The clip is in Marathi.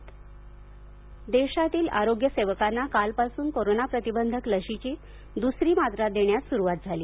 कोरोना लसीकरण देशातील आरोग्य सेवकांना कालपासून कोरोना प्रतिबंधक लशीची दुसरी मात्रा देण्यास सुरुवात झाली